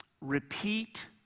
repeat